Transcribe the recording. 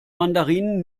mandarinen